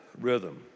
rhythm